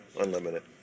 unlimited